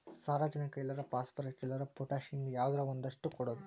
ಸಾರಜನಕ ಇಲ್ಲಾರ ಪಾಸ್ಪರಸ್, ಇಲ್ಲಾರ ಪೊಟ್ಯಾಶ ಹಿಂಗ ಯಾವದರ ಒಂದಷ್ಟ ಕೊಡುದು